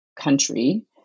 country